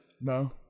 No